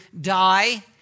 die